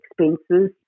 expenses